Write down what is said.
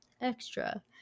extra